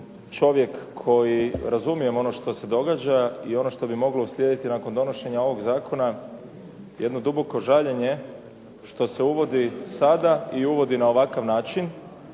čovjek koji razumijem ono što se događa i ono što bi moglo uslijediti nakon donošenja ovog zakona, jedno duboko žaljenje što se uvodi sada i uvodi na ovakav način,